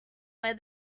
where